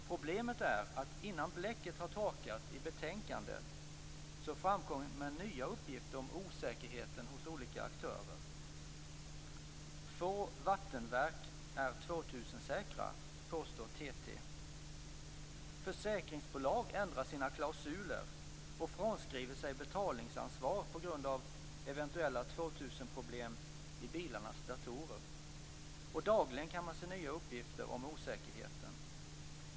Problemet är att innan bläcket har torkat i betänkandet framkommer nya uppgifter om osäkerheten hos olika aktörer. Få vattenverk är 2000-säkra, påstår problem i bilarnas datorer. Dagligen kan man se nya uppgifter om osäkerheten.